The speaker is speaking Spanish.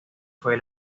fue